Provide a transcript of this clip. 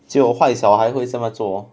只有坏小孩会这么做